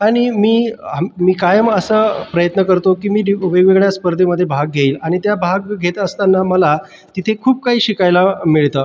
आणि मी हम मी कायम असा प्रयत्न करतो की मी ड वेगवेगळ्या स्पर्धेमध्ये भाग घेईल आणि त्या भाग घेत असताना मला तिथे खूप काही शिकायला मिळतं